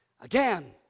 Again